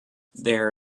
their